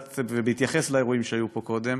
בהתייחס לאירועים שהיו פה קודם,